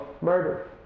murder